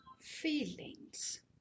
feelings